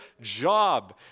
job